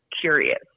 curious